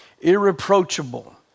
irreproachable